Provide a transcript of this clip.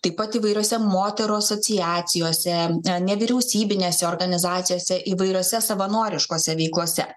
taip pat įvairiose moterų asociacijose nevyriausybinėse organizacijose įvairiose savanoriškose veiklose